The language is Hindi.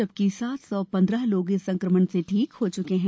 जबकि सात सौ पन्द्रह लोग इस संक्रमण से ठीक हो चुके हैं